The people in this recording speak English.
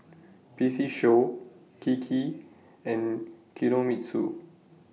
P C Show Kiki and Kinohimitsu